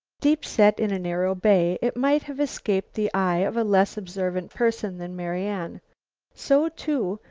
deep set in a narrow bay, it might have escaped the eye of a less observant person than marian so, too,